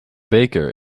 baker